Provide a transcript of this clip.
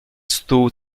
stół